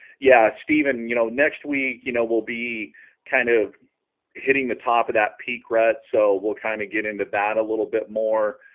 yeah stephen you know next week you know we'll be kind of hitting the top of that peak rhett so we'll kind of get into that a little bit more